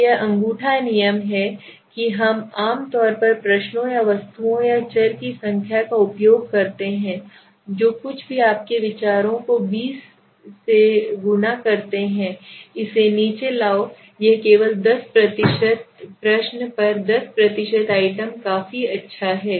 तो यह अंगूठा नियम है कि हम आम तौर पर प्रश्नों या वस्तुओं या चर की संख्या का उपयोग करते हैं जो कुछ भी आपके विचारों को 20 से गुणा करता है इसे नीचे लाओ यह केवल 10 प्रति प्रश्न पर 10 प्रति आइटम काफी अच्छा है